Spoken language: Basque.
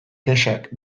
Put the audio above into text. kexak